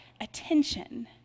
attention